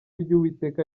ry’uwiteka